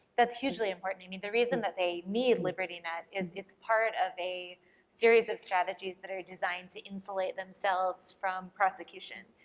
that's hugely important, i mean the reason that they need liberty net is it's part of a series of strategies that are designed to insulate themselves themselves from prosecution.